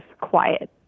quiet